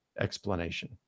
explanation